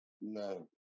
No